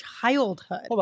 childhood